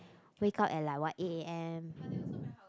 wake up at like what eight A_M